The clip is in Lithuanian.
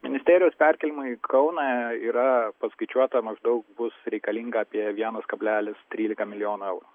ministerijos perkėlimui į kauną yra paskaičiuota maždaug bus reikalinga apie vienas kablelis trylika milijonų eurų